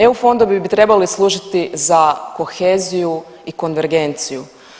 EU fondovi bi trebali služiti za koheziju i konvergenciju.